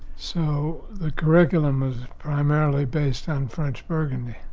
so the curriculum was primarily based on french burgundy.